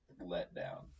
letdown